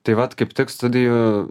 tai vat kaip tik studijų